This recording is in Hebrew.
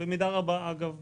מי אמר את